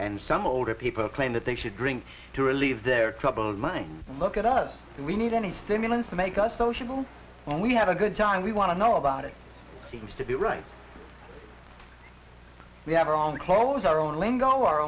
and some older people claim that they should drink to relieve their troubled mind look at us we need any stimulants to make us sociable and we have a good time we want to know about it seems to be right we have our own clothes our own lingo our